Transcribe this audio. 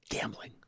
gambling